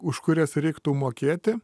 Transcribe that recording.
už kurias reiktų mokėti